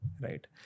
Right